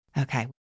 Okay